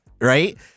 right